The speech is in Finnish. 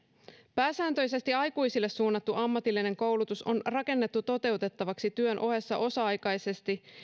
pääsääntöisesti aikuisille suunnattu ammatillinen koulutus on rakennettu toteutettavaksi työn ohessa osa aikaisesti